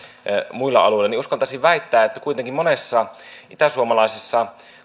muilla alueilla uskaltaisin väittää että kuitenkin monessa itäsuomalaisessa